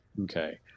okay